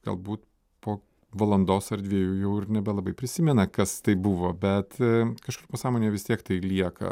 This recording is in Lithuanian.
galbūt po valandos ar dviejų jau ir nebelabai prisimena kas tai buvo bet kažkur pasąmonėje vis tiek tai lieka